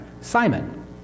Simon